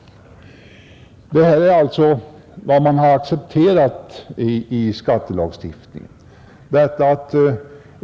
Det här är således vad man har accepterat i skattelagstiftningen.